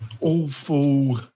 awful